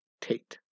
Tate